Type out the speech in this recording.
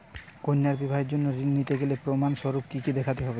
কন্যার বিবাহের জন্য ঋণ নিতে গেলে প্রমাণ স্বরূপ কী কী দেখাতে হবে?